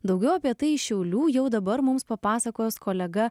daugiau apie tai iš šiaulių jau dabar mums papasakos kolega